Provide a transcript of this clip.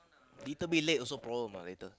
little bit late also problem ah later